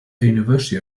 university